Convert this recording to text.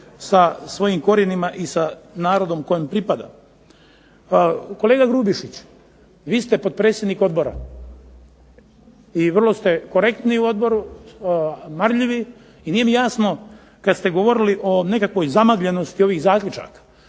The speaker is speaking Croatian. sa svojim korijenima i narodom kojem pripada. Kolega Grubišić vi ste potpredsjednik odbora i vrlo ste korektni u odboru, marljivi i nije mi jasno kada ste govorili o nekakvoj zamagljenosti ovih zaključaka.